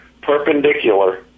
perpendicular